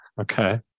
Okay